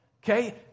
okay